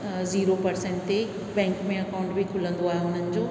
zero percent ते bank में account बि खुलंदो आहे हुननि जो